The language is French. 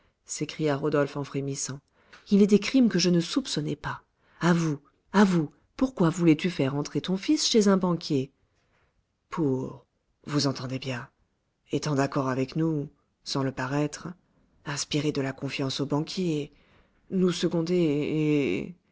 s'écria rodolphe en frémissant il est des crimes que je ne soupçonnais pas avoue avoue pourquoi voulais-tu faire entrer ton fils chez un banquier pour vous entendez bien étant d'accord avec nous sans le paraître inspirer de la confiance au banquier nous seconder et